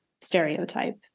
stereotype